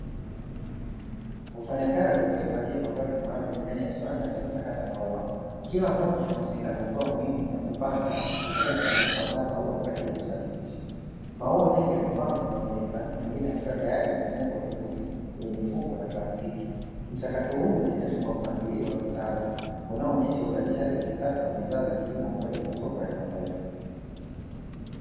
Wafanyakazi waliovalia mavazi maalumu ndani ya kiwanda cha kuchakata maua kila mmoja anahusika na hatua muhimu ya kupanga, hufunga na kuandaa maua kwa ajili ya kusafirisha. Maua mengi yamepangwa kwenye meza mengine yakiwa tayari yamefungwa vizuri kwenye mifuko ya plastiki. Mchakato huu unaendeshwa kwa mpangilio wa kitaalamu unaoonesha uzalishaji wa kisasa wa bidhaa za kilimo kwa ajili ya soko la kimataifa.